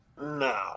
No